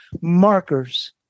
markers